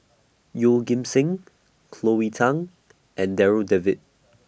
Yeoh Ghim Seng Chloe Thang and Darryl David